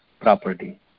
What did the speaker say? property